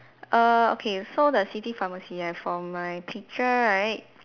err okay so the city pharmacy ah from my picture right